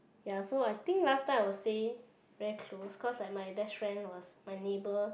ya so I think last time I would say very close cause my best friend was my neighbour